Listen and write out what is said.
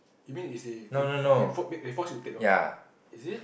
you mean is they they for~ they force they force you to take one ah is it